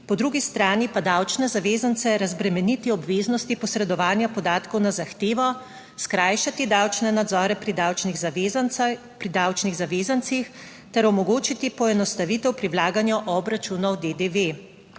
Po drugi strani pa davčne zavezance razbremeniti obveznosti posredovanja podatkov na zahtevo, skrajšati davčne nadzore pri davčnih zavezancih ter omogočiti poenostavitev pri vlaganju obračunov DDV.